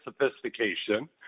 sophistication